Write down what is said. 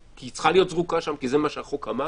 היא צריכה להיות זרוקה שם, כי זה מה שהחוק אמר.